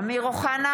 אמיר אוחנה,